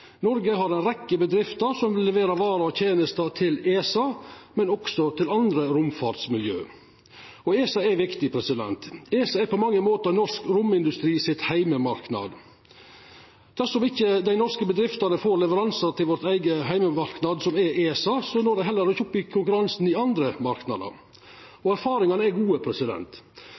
Noreg har ei rekkje bedrifter som leverer varer og tenester til ESA, men også til andre romfartsmiljø. ESA er viktig. ESA er på mange måtar «heimemarknaden» til norsk romindustri. Dersom ikkje dei norske bedriftene får leveransar til vår eigen heimemarknad, som er ESA, når dei heller ikkje opp i konkurransen i andre marknader. Og erfaringane er gode.